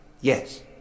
yes